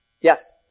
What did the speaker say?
Yes